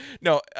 No